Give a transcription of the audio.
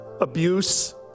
abuse